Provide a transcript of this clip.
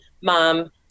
mom